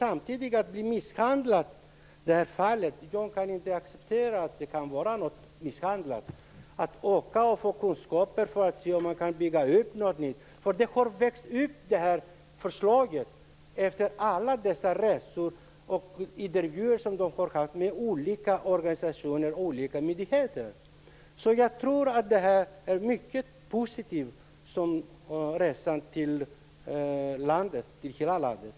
Att frågan inte skulle ha remissbehandlats samtidigt som man åker ut för att få kunskaper om man kan bygga upp något nytt kan jag inte acceptera. Förslaget har växt fram efter alla resor och intervjuer med olika organisationer och myndigheter. Jag tror att resan ut i landet har gett mycket positivt.